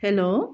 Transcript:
hello